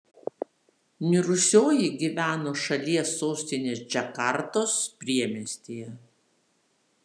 mirusioji gyveno šalies sostinės džakartos priemiestyje